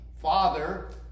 father